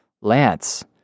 lance